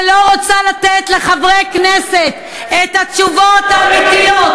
שלא רוצה לתת לחברי כנסת את התשובות האמיתיות.